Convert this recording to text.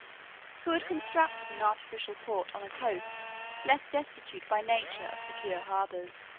who had constructed an artificial port on a coast left destitute by nature of secure harbors.